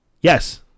Yes